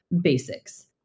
basics